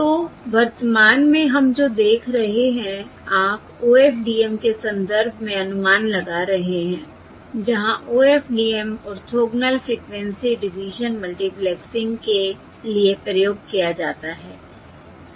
तो वर्तमान में हम जो देख रहे हैं आप OFDM के संदर्भ में अनुमान लगा रहे हैं जहां OFDM orthogonal frequency division multiplexing के लिए प्रयोग किया जाता है सही है